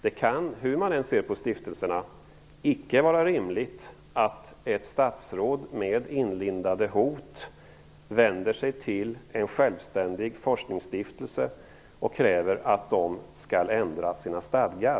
Det kan, hur man än ser på stiftelserna, icke vara rimligt att ett statsråd med inlindade hot vänder sig till en självständig forskningsstiftelse och kräver att den skall ändra sina stadgar.